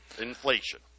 inflation